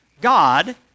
God